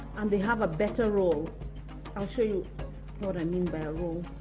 and they have a better roll i'll show you what i mean by roll.